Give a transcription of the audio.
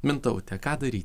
mintaute ką daryt